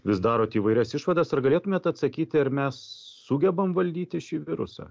vis darot įvairias išvadas ar galėtumėt atsakyti ar mes sugebam valdyti šį virusą